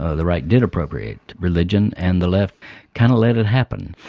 ah the right did appropriate religion and the left kind of let it happen.